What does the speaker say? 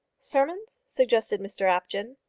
sermons? suggested mr apjohn.